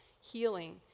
healing